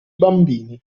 bambini